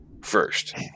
first